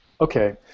Okay